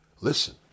Listen